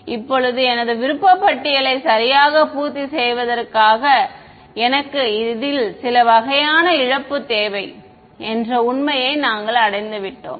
இப்போது எனது விருப்பப்பட்டியலை சரியாக பூர்த்தி செய்வதற்காக எனக்கு இதில் சில வகையான இழப்பு தேவை என்ற உண்மையை நாங்கள் அடைந்துவிட்டோம்